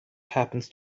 happens